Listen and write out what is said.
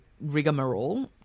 rigmarole